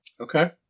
Okay